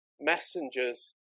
messengers